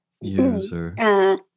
User